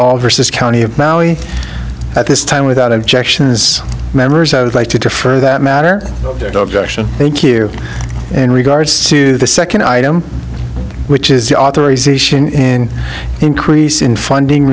all versus county of maui at this time without objections members i would like to for that matter thank you in regards to the second item which is the authorization in increase in funding